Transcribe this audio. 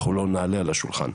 ולא נעלה על השולחן.